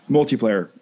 Multiplayer